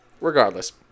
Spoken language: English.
regardless